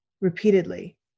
repeatedly